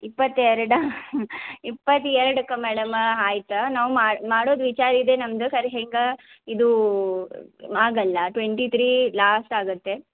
ಇಪ್ಪತ್ತೆರಡಾ ಇಪ್ಪತ್ತೆರಡಕ್ಕೆ ಮೇಡಮ ಆಯ್ತ್ ನಾವು ಮಾಡೋದು ವಿಚಾರಿದೆ ನಮ್ದು ಸರಿ ಹಿಂಗೆ ಇದು ಆಗಲ್ಲ ಟ್ವೆಂಟಿ ತ್ರೀ ಲಾಸ್ಟ್ ಆಗುತ್ತೆ